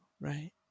right